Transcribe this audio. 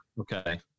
Okay